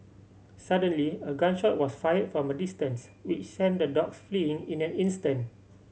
suddenly a gun shot was fired from a distance which sent the dogs fleeing in an instant